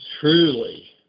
truly